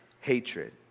hatred